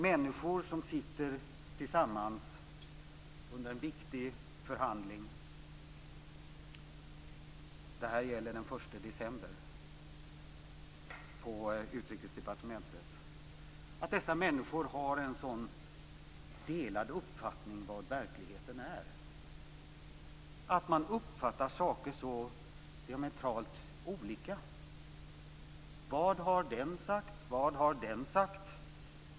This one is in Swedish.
Människor som sitter tillsammans under en viktig förhandling - det här gäller den 1 december på Utrikesdepartementet - kan ha en delad uppfattning om verkligheten och uppfatta saker diametralt olika. Vad har den sagt, och vad har den sagt?